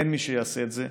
אין מי שיעשה את זה.